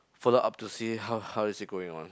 follow up to see how how is it going on